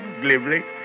glibly